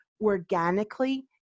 organically